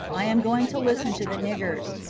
i am going to listen to the niggers.